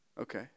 Okay